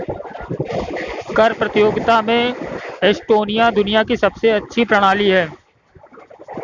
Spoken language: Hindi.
कर प्रतियोगिता में एस्टोनिया दुनिया की सबसे अच्छी कर प्रणाली है